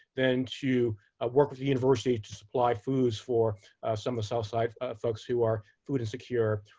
then to work with the university to supply foods for some of the south side folks who are food insecure.